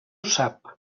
sap